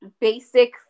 basic